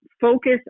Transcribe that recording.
focus